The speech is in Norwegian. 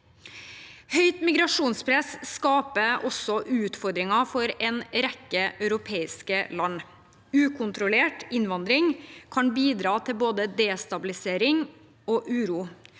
Høyt migrasjonspress skaper også utfordringer for en rekke europeiske land. Ukontrollert innvandring kan bidra til både destabilisering og uro,